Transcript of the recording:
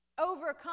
Overcome